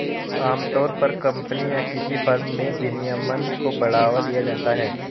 आमतौर पर कम्पनी या किसी फर्म में विनियमन को बढ़ावा दिया जाता है